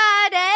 Friday